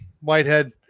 Whitehead